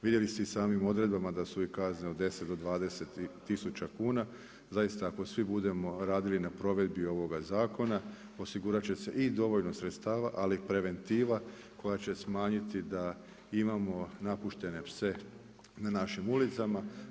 Vidjeli ste i samim odredbama da su i kazne od 10 do 20 tisuća kuna, zaista ako svi budemo radili na provedbi ovoga zakona osigurat će se i dovoljno sredstava, ali preventiva koja će smanjiti da imamo napuštene pse na našim ulicama.